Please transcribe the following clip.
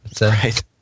Right